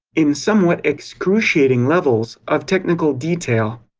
in somewhat excruciating levels of technical detail.